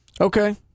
Okay